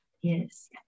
Yes